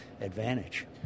advantage